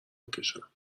بکشم